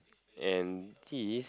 and he